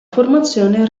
formazione